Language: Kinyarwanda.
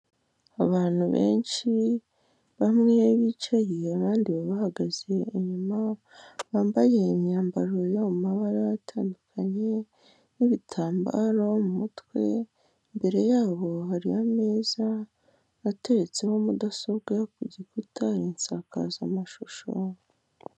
Abantu benshi bamwe bicaye abandi babahagaze inyuma, bambaye imyambaro yo mu mabara atandukanye n'ibitambaro mu mutwe, imbere yabo hari ameza ateretseho mudasobwa, ku gikuta hari insakazamashusho.